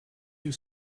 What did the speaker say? you